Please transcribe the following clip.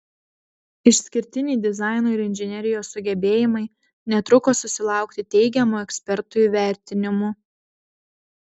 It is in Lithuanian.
išskirtiniai dizaino ir inžinerijos sugebėjimai netruko susilaukti teigiamų ekspertų įvertinimų